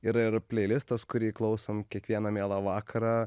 yra ir pleilistas kurį klausom kiekvieną mielą vakarą